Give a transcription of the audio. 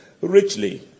richly